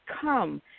come